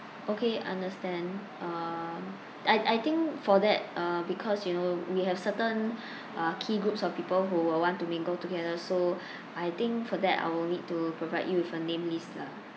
okay understand um I I think for that uh because you know we have certain uh key groups of people who will want to mingle together so I think for that I will need to provide you with a name list lah